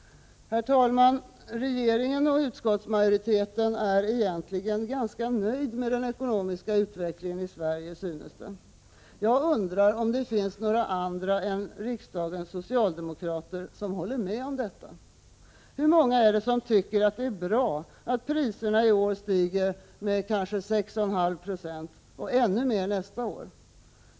Herr talman! Regeringen och utskottsmajoriteten är egentligen ganska nöjda med den ekonomiska utvecklingen i Sverige, synes det. Jag undrar om det finns några andra än riksdagens socialdemokrater som håller med om detta. Hur många är det som tycker det är bra att priserna stiger i år med kanske 6,5 90 och nästa år med ännu mer?